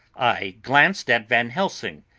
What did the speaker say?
i glanced at van helsing,